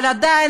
אבל עדיין,